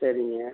சரிங்க